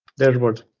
dashboard,